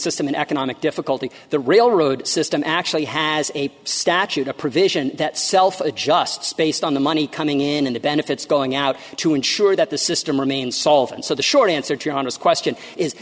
system in economic difficulty the railroad system actually has a statute a provision that self adjusts based on the money coming in in the benefits going out to ensure that the system remain solvent so the short answer to your honest question is